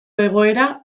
egoera